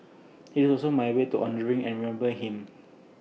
IT is also my way to honouring and remembering him